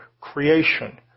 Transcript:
creation